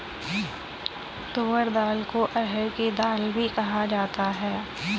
तूर दाल को अरहड़ की दाल भी कहा जाता है